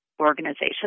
organization